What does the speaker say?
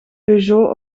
peugeot